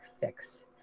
fix